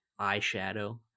eyeshadow